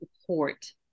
support